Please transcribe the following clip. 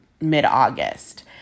mid-August